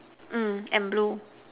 mm and blue